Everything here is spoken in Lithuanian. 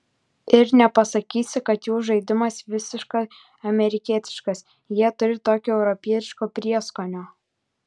ir nepasakysi kad jų žaidimas visiškai amerikietiškas jie turi tokio europietiško prieskonio